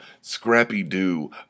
scrappy-do